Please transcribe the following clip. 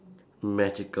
magical